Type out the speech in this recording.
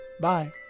Bye